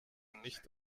nicht